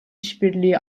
işbirliği